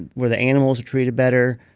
where the animals are treated better,